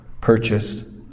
purchased